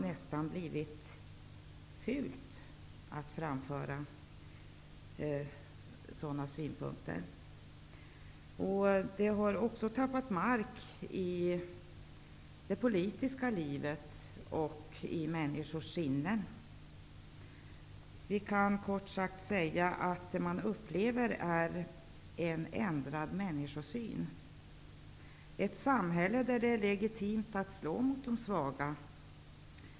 Detta har också tappat mark i det politiska livet och i människors sinnen. Kort sagt: jag upplever en ändrad människosyn. Vi har ett samhälle där det är legitimt att slå mot de svaga.